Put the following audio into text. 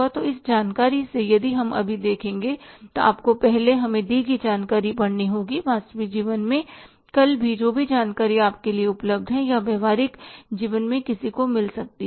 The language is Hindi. तो इस जानकारी से यदि हम अभी देखेंगे तो आपको पहले हमें दी गई जानकारी पढ़नी होगी वास्तविक जीवन में कल भी जो भी जानकारी आपके लिए उपलब्ध है या शायद व्यावहारिक जीवन में किसी को भी मिल सकती है